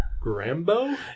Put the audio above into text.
Grambo